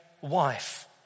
wife